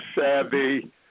savvy